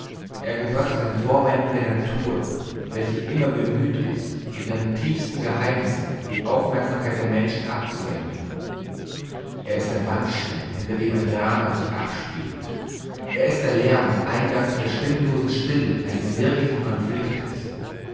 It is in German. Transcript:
er gehört zu den vorwänden der natur welche immer bemüht ist von ihren tiefsten geheimnissen die aufmerksamkeit der menschen abzulenken er ist der wandschirm hinter dem ein drama sich abspielt er ist der lärm am eingang zu der stimmlosen stille eines wirklichen konfliktes